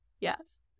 Yes